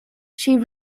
she